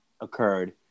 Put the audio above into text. occurred